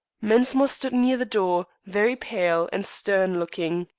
mensmore stood near the door, very pale and stern-looking.